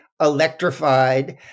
electrified